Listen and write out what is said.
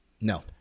No